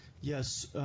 Yes